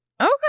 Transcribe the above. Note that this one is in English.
Okay